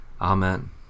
Amen